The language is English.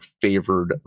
favored